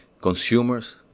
consumers